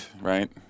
right